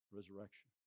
resurrection